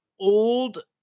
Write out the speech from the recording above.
old